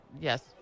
Yes